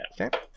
okay